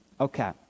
Okay